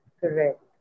Correct